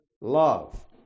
love